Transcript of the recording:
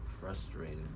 frustrated